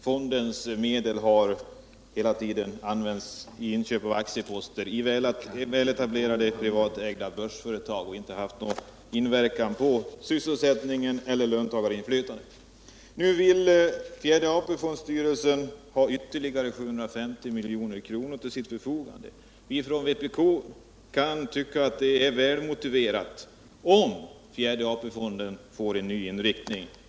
Fondens medel har hela tiden använts för inköp av aktieposter i väletablerade privatägda börsföretag, och de har alltså inte haft någon inverkan på sysselsättningen eller löntagarinflytandet. Nu vill fjärde AP-fondstyrelsen ha ytterligare 750 milj.kr. till sitt förfogande. Vi i vpk tycker att det är välmotiverat, om tjärde AP-fonden får en ny inriktning.